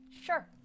Sure